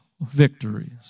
victories